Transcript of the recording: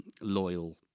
loyal